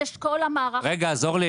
אורלי,